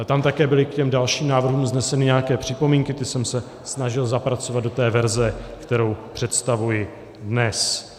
Tam také byly k těm dalším návrhům vzneseny nějaké připomínky, ty jsem se snažil zapracovat do té verze, kterou představuji dnes.